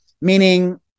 Meaning